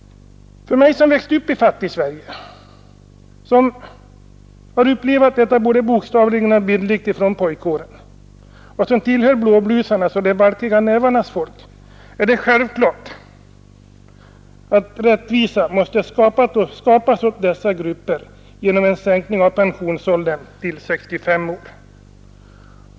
För mig som växt upp i Fattigsverige, som har upplevt detta både bokstavligt och bildligt från pojkåren och som tillhör blåblusarnas och de valkiga nävarnas folk, är det självklart att rättvisa måste skapas åt dessa grupper genom en sänkning av pensionsåldern till 65 år.